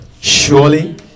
Surely